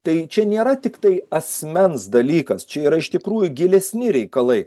tai čia nėra tiktai asmens dalykas čia yra iš tikrųjų gilesni reikalai